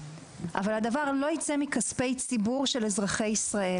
אבל הדבר לא יצא מכספי ציבור של אזרחי ישראל,